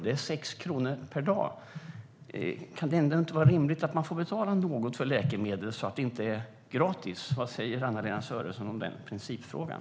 Det är 6 kronor per dag. Är det ändå inte rimligt att man får betala något för läkemedel så att det inte är gratis? Vad säger Anna-Lena Sörenson om den principfrågan?